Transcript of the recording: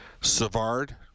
Savard